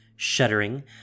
Shuddering